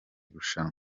rushanwa